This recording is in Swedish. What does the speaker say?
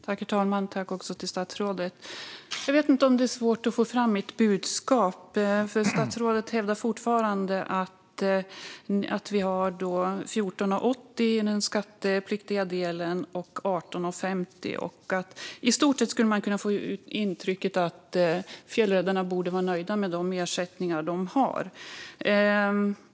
Herr talman! Jag vet inte om det är svårt att få fram mitt budskap. Statsrådet hävdar fortfarande att ersättningen i den skattepliktiga delen är 14,80 och 18,50. Man kan få intrycket att han menar att fjällräddarna i stort sett borde vara nöjda med de ersättningar de har.